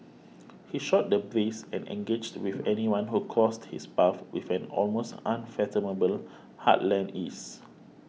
he shot the breeze and engaged with anyone who crossed his path with an almost unfathomable heartland ease